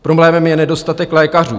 Problémem je nedostatek lékařů.